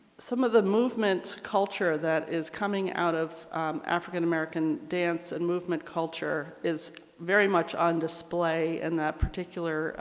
some of the movements culture that is coming out of african american dance and movement culture is very much on display in and that particular